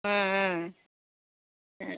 ம் ம் ம்